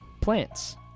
plants